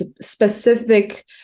specific